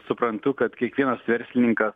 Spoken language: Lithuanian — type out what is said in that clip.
suprantu kad kiekvienas verslininkas